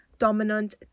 dominant